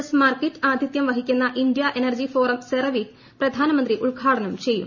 S Markit ആതിഥ്യം വഹിക്കുന്ന India energy forum CERAWeek പ്രധാനമന്ത്രി ഉദ്ഘാടനം ചെയ്യും